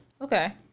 okay